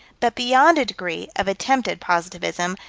but beyond a degree of attempted positivism,